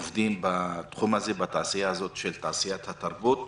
עובדים בתחום הזה, בתעשייה הזאת של תעשיית התרבות.